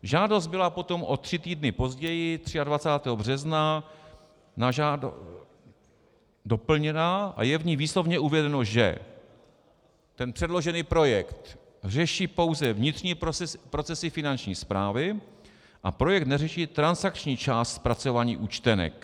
Žádost byla potom o tři týdny později, 23. března, na žádost doplněna a je v ní výslovně uvedeno, že předložený projekt řeší pouze vnitřní procesy finanční správy a projekt neřeší transakční část zpracování účtenek.